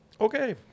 okay